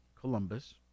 Columbus